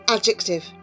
Adjective